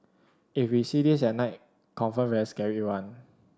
if we see this at night confirm very scary one